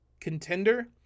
contender